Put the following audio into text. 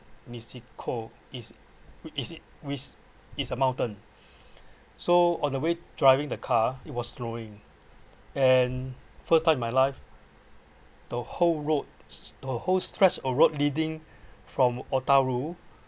niseko is which is which is a mountain so on the way driving the car it was snowing and first time in my life the whole road the whole straight of road leading from otaru